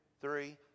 three